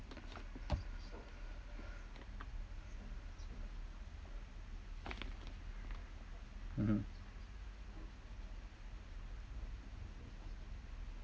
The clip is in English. mmhmm